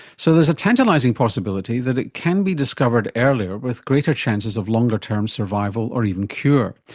so there's a tantalising possibility that it can be discovered earlier with greater chances of longer-term survival or even cure.